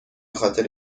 خاطر